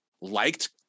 liked